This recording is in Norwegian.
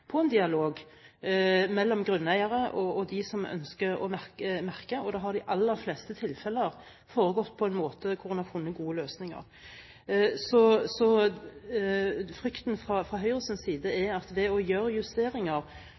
på en dialog mellom grunneiere og de som ønsker å merke, og det har i de aller fleste tilfeller foregått på en måte hvor en har funnet gode løsninger. Så frykten fra Høyres side går på det å gjøre justeringer